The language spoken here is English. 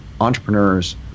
entrepreneurs